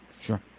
Sure